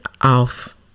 off